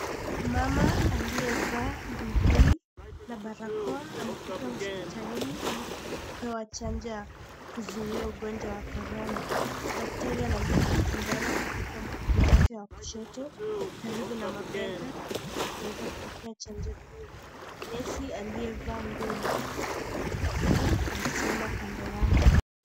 Mama aliyevaa buibui na balakoa amefika hosipitalini ili kupewa chanjo ya kuzuia ugonjwa wa Corona .Daktari anamdunga sindano katika mkono wake wa kushoto karibu na mabega ili kuweza kupewa chanjo hiyo. Nesi aliyevaa nguo ya blue amesimama kando yake.